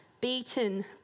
beaten